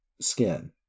skin